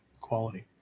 Quality